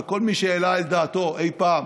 וכל מי שהעלה על דעתו אי פעם